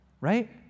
Right